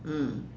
mm